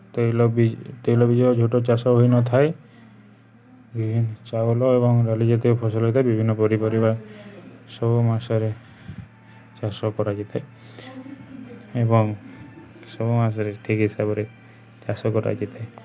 ତେଲ ବି ତୈଳବୀଜ ଝୋଟ ଚାଷ ହୋଇନଥାଏ ବିଭିନ୍ନ ଚାଉଳ ଏବଂ ଡାଲି ଜାତୀୟ ଫସଲ ହୋଇଥାଏ ବିଭିନ୍ନ ପନିପରିବା ସବୁ ମାସରେ ଚାଷ କରାଯାଇଥାଏ ଏବଂ ସବୁ ମାସରେ ଠିକ୍ ହିସାବରେ ଚାଷ କରାଯାଇଥାଏ